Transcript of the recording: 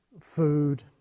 food